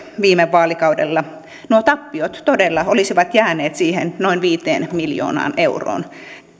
viime vaalikaudella nuo tappiot todella olisivat jääneet siihen noin viiteen miljoonaan euroon